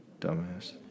Dumbass